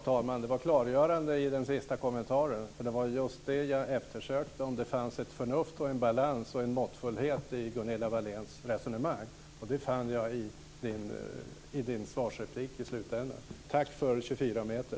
Herr talman! Den sista kommentaren var klargörande. Jag eftersökte ett förnuft och en balans och måttfullhet i Gunilla Wahléns resonemang. Det fann jag i hennes svarsreplik. Tack för 24 meter.